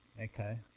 Okay